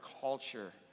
culture